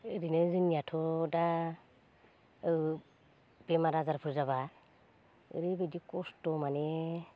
ओरैनो जोंनियाथ' दा ओ बेमार आजारफोर जाब्ला ओरैबायदि खस्थ' माने